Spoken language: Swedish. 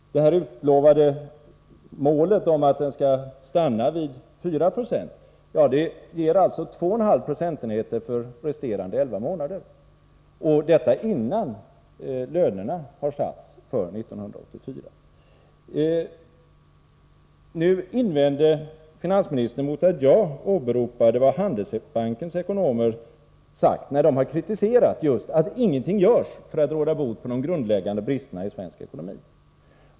Det utlovade målet att inflationen skall stanna vid 4 96 måste alltså innebära en inflation på endast 2,5 20 under årets resterande 11 månader — och detta innan lönerna för 1984 har fastställts. Finansministern invände nu mot att jag åberopade vad Handelsbankens ekonomer har sagt när de kritiserat att ingenting görs för att råda bot på de grundläggande bristerna i svensk ekonomi.